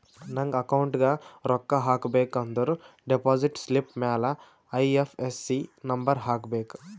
ನಂಗ್ ಅಕೌಂಟ್ಗ್ ರೊಕ್ಕಾ ಹಾಕಬೇಕ ಅಂದುರ್ ಡೆಪೋಸಿಟ್ ಸ್ಲಿಪ್ ಮ್ಯಾಲ ಐ.ಎಫ್.ಎಸ್.ಸಿ ನಂಬರ್ ಹಾಕಬೇಕ